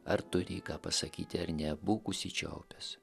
ar turi ką pasakyti ar ne būk užsičiaupęs